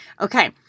Okay